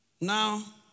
Now